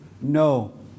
No